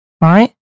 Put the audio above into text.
Right